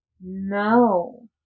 No